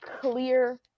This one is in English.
clear